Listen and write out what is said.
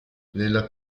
nella